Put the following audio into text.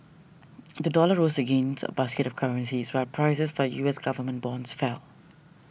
the dollar rose against a basket of currencies prices for U S government bonds fell